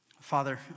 Father